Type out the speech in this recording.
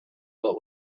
what